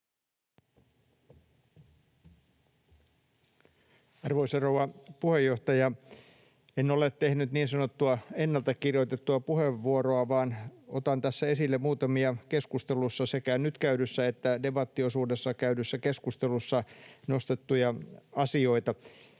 Arvoisa rouva puheenjohtaja! En ole tehnyt niin sanottua ennalta kirjoitettua puheenvuoroa, vaan otan tässä esille muutamia keskustelussa — sekä nyt käydyssä että debattiosuudessa käydyssä keskustelussa — nostettuja asioita.